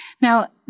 Now